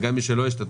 וגם מי שלא השתתף,